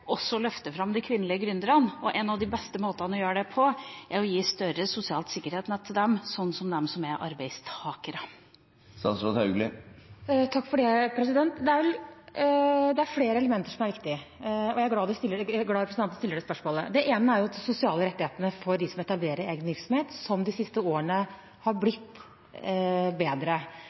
også å løfte fram de kvinnelige gründerne? En av de beste måtene å gjøre det på er å gi større sosialt sikkerhetsnett til dem som til dem som er arbeidstakere. Takk for dette spørsmålet. Jeg er glad for at representanten stiller det. Det er flere elementer som er viktig. Det ene gjelder de sosiale rettighetene for dem som etablerer egen virksomhet, som de siste årene har blitt bedre.